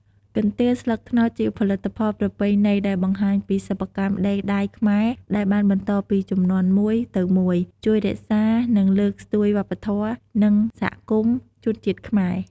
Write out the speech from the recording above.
កន្ទេលស្លឹកត្នោតជាផលិតផលប្រពៃណីដែលបង្ហាញពីសិប្បកម្មដេរដៃខ្មែរដែលបានបន្តពីជំនាន់មួយទៅមួយ ជួយរក្សា និងលើកស្ទួយវប្បធម៌ និងសហគមន៍ ជនជាតិខ្មែរ។